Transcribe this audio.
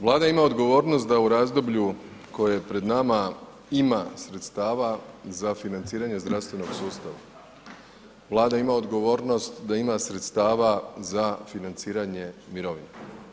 Vlada ima odgovornost da u razdoblju koje je pred nama ima sredstava za financiranje zdravstvenog sustava, Vlada ima odgovornost da ima sredstava za financiranje mirovina.